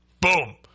Boom